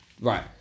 Right